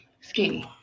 skinny